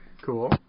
cool